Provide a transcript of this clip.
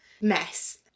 mess